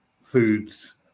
foods